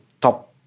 top